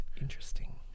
Interesting